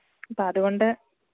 അപ്പം അതു കൊണ്ട്